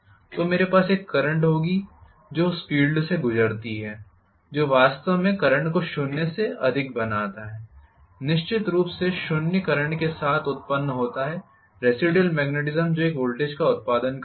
तो मेरे पास एक करंट होगी जो उस फील्ड से गुजरती है जो वास्तव में करंट को शून्य से अधिक बनाता है निश्चित रूप से शून्य करंट के साथ उत्पन्न होता है रेसिडुयल मॅगनेटिज़म जो एक वोल्टेज का उत्पादन कर रहा था